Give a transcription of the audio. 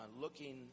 looking